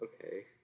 Okay